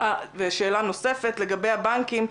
ושאלה נוספת לגבי הבנקים,